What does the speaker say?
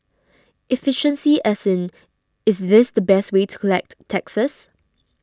efficiency as in is this the best way to collect taxes